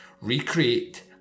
recreate